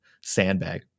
sandbag